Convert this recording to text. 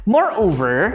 Moreover